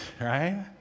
right